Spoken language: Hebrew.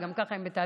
גם ככה הם בתהליך